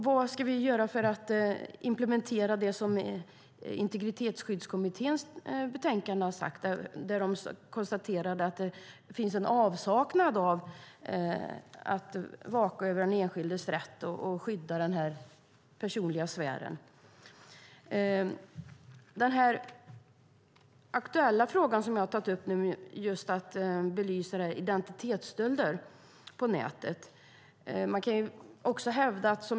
Vad ska vi göra för att implementera det som sägs i Integritetsskyddskommitténs betänkande? Där konstaterar man att det finns en avsaknad av regler som vakar över den enskildes rätt och skyddar den personliga sfären. Den aktuella fråga som jag har tagit upp här, identitetsstölder på nätet, belyser detta.